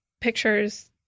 pictures